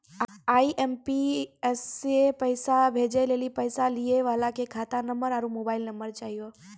IMPS से पैसा भेजै लेली पैसा लिये वाला के खाता नंबर आरू मोबाइल नम्बर चाहियो